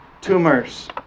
Tumors